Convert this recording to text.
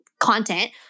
content